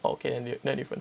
okay that one different